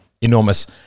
enormous